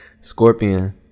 Scorpion